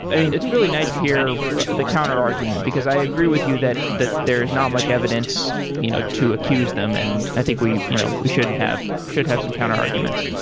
i mean, it's really nice to hear the counterargument, because i agree with you that that there is not much evidence you know to accuse them, and i think we you know we should have should have some counter arguments.